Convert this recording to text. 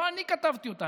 לא אני כתבתי אותה,